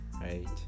right